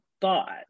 thought